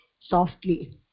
softly